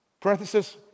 parenthesis